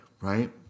right